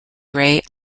grey